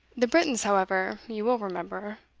the britons, however, you will remember,